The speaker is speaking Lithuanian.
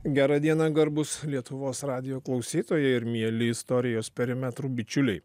gera diena garbūs lietuvos radijo klausytojai ir mieli istorijos perimetrų bičiuliai